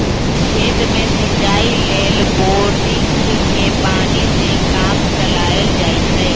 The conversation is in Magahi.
खेत में सिचाई लेल बोड़िंगके पानी से काम चलायल जाइ छइ